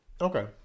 Okay